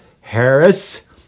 Harris